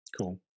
Cool